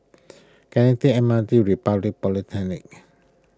can I take M R T Republic Polytechnic